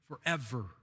forever